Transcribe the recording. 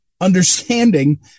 understanding